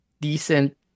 decent